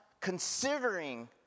considering